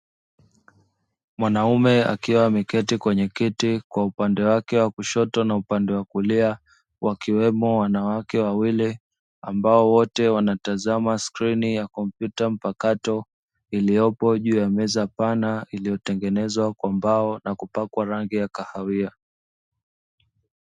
Mwanaume akiwa ameketi kwenye kiti kwa upande wake wa kushoto na upande wa kulia wakiwemo wanawake wawili ambao wote wanatazama skrini ya kompyuta mpakato iliyopo juu ya meza pana iliyotengenezwa kwa mbao na kupakwa rangi ya kahawia.